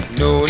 no